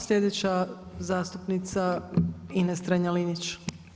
Sljedeća zastupnica Ines Strenja-Linić.